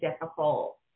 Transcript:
difficult